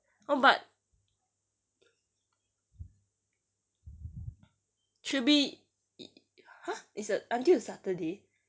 oh but should be !huh! it's err until saturday